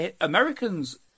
Americans